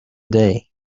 day